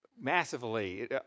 massively